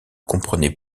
comprenait